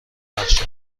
بخشد